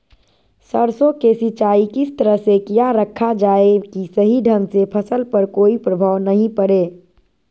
सरसों के सिंचाई किस तरह से किया रखा जाए कि सही ढंग से फसल पर कोई प्रभाव नहीं पड़े?